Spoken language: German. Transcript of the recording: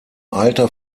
alter